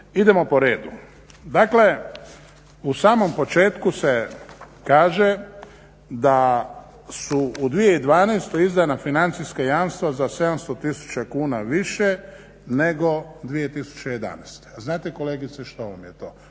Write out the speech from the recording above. idemo po redu. Dakle, u samom početku se kaže da su u 2012.izdana financijska jamstva za 700 tisuća kuna više nego 2011. A znate kolegice što vam je to?